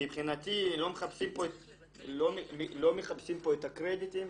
מבחינתי לא מחפשים פה את הקרדיטים,